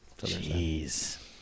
Jeez